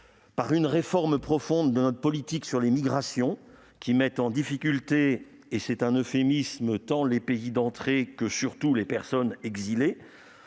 par une réforme profonde de notre politique migratoire, qui met en difficulté, et c'est un euphémisme, tant les pays d'entrée que, surtout, les personnes exilées.